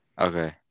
Okay